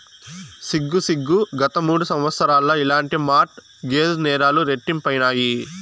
సిగ్గు సిగ్గు, గత మూడు సంవత్సరాల్ల ఇలాంటి మార్ట్ గేజ్ నేరాలు రెట్టింపైనాయి